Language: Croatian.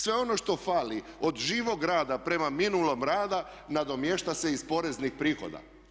Sve ono što fali od živog rada prema minulom radu nadomješta se iz poreznih prihoda.